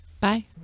Bye